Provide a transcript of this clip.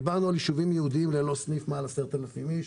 דיברנו על ישובים יהודיים של יותר מ-10,000 תושבים ללא סניף בנק.